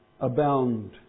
abound